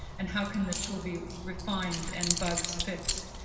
and how can the tool be refined and bugs fixed?